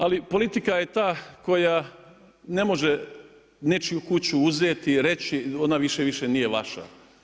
Ali, politika je ta koja ne može nečiju kuću uzeti i reći, ona više nije vaša.